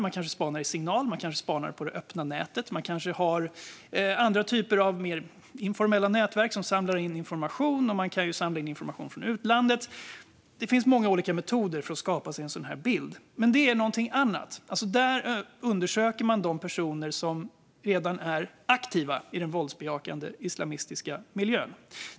De kanske spanar i signal, de kanske spanar på det öppna nätet eller de kanske har andra typer av mer informella nätverk som samlar information - och man kan också samla in information från utlandet. Det finns många olika metoder för att skapa sig en sådan här bild. Men det är någonting annat. Där undersöker man de personer som redan är aktiva i den våldsbejakande islamistiska miljön.